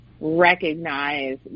recognize